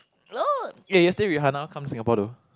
eh yesterday Rihanna come Singapore though